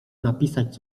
napisać